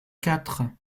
quatre